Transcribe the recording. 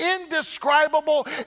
indescribable